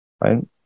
Right